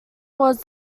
was